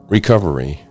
Recovery